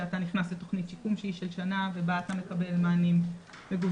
שאתה נכנס לתוכנית שיקום שהיא של שנה ובה אתה מקבל מענים מגוונים,